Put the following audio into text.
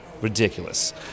ridiculous